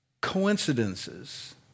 Coincidences